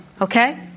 Okay